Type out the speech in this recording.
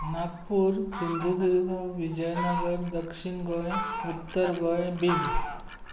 नागपूर सिंधुदूर्ग विजयनगर दक्षीण गोंय उत्तर गोंय बीड